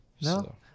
no